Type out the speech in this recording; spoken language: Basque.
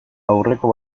aurreko